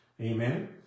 Amen